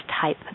type